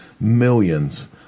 millions